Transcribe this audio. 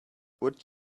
would